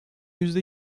yüzde